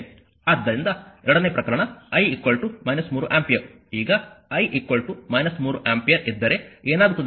ಆದ್ದರಿಂದ ಎರಡನೇ ಪ್ರಕರಣ I 3 ಆಂಪಿಯರ್ ಈಗ I 3 ಆಂಪಿಯರ್ ಇದ್ದರೆ ಏನಾಗುತ್ತದೆ